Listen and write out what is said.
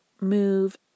move